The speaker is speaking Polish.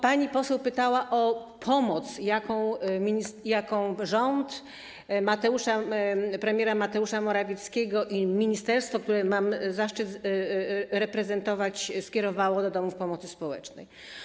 Pani poseł pytała o pomoc, jaką rząd premiera Mateusza Morawieckiego i ministerstwo, które mam zaszczyt reprezentować, skierowały do domów pomocy społecznej.